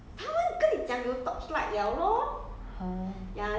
你不是说暗暗暗暗看得到流血 ah